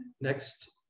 Next